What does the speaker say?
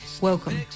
welcome